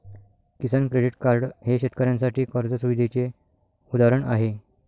किसान credit card हे शेतकऱ्यांसाठी कर्ज सुविधेचे उदाहरण आहे